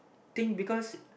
thing because